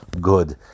good